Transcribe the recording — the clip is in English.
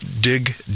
dig